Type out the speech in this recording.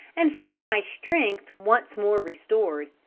and find my strength once more restored.